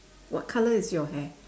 what colour is your hair